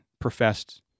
professed